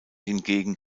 hingegen